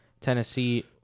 Tennessee